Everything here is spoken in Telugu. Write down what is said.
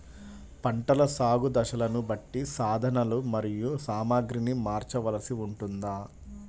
పంటల సాగు దశలను బట్టి సాధనలు మరియు సామాగ్రిని మార్చవలసి ఉంటుందా?